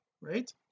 right